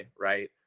right